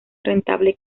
rentable